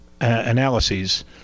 analyses